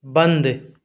بند